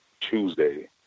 Tuesday